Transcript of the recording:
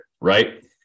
right